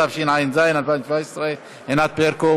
התשע"ז 2017. ענת ברקו,